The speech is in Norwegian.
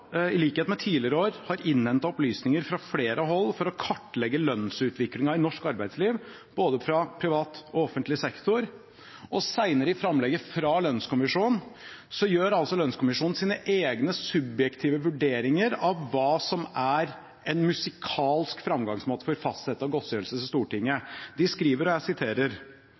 i likhet med tidligere år innhentet opplysninger fra flere hold for å kartlegge lønnsutviklingen i norsk arbeidsliv, både fra privat og offentlig sektor.» Senere i framlegget gjør lønnskommisjonen sine egne, subjektive vurderinger av hva som er en musikalsk framgangsmåte for å fastsette godtgjørelser til Stortinget. De skriver: